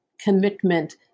commitment